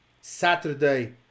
Saturday